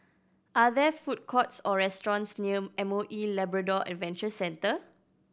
are there food courts or restaurants near M O E Labrador Adventure Centre